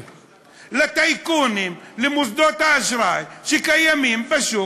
לטייקונים, למוסדות האשראי שקיימים בשוק.